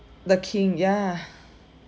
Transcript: the king ya